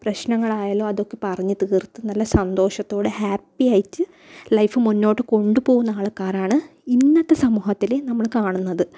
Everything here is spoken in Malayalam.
പ്രശ്നങ്ങളായാലും അതൊക്കെ പറഞ്ഞ് തീർത്ത് നല്ല സന്തോഷത്തോടെ ഹാപ്പി ആയിട്ട് ലൈഫ് മുന്നോട്ട് കൊണ്ടുപോകുന്ന ആൾക്കാരാണ് ഇന്നത്തെ സമൂഹത്തിൽ നമ്മൾ കാണുന്നത്